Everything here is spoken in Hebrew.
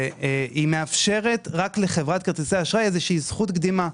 והיא מאפשרת רק לחברת כרטיסי האשראי איזושהי זכות קדימה.